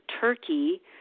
turkey